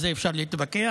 על זה אפשר להתווכח,